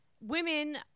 women